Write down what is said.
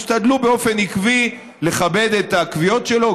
תשתדלו באופן עקבי לכבד את הקביעות שלו,